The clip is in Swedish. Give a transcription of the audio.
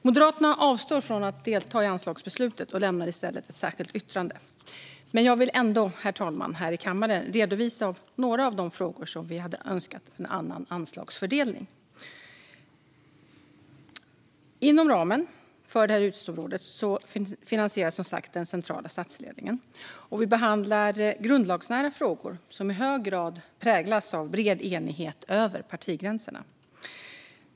Moderaterna avstår från att delta i anslagsbeslutet och har i stället ett särskilt yttrande, men jag vill ändå, herr talman, här i kammaren redovisa några av de frågor där vi hade önskat en annan anslagsfördelning. Inom ramen för detta utgiftsområde finansieras som sagt den centrala statsledningen. Vi behandlar grundlagsnära frågor som i hög grad präglas av bred enighet över partigränserna.